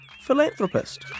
philanthropist